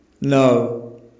no